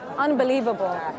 unbelievable